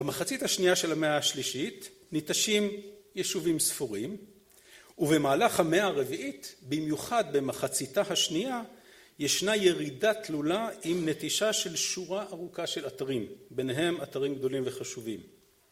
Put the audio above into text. במחצית השנייה של המאה השלישית, ניטשים יישובים ספורים, ובמהלך המאה הרביעית, במיוחד במחציתה השנייה, ישנה ירידה תלולה עם נטישה של שורה ארוכה של אתרים, ביניהם אתרים גדולים וחשובים.